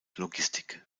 logistik